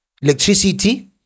electricity